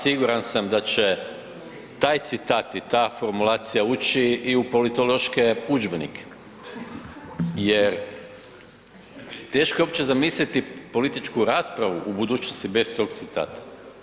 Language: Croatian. Siguran sam da će taj citat i ta formulacija ući i u politološke udžbenike jer teško je uopće zamisliti političku raspravu u budućnosti bez tog citata.